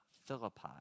Philippi